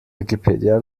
wikipedia